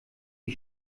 die